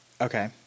Okay